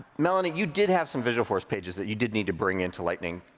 melanie, you did have some visualforce pages that you did need to bring in to lightning,